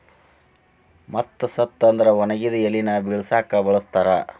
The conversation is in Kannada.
ಮತ್ತ ಸತ್ತ ಅಂದ್ರ ಒಣಗಿದ ಎಲಿನ ಬಿಳಸಾಕು ಬಳಸ್ತಾರ